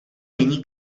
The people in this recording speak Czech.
není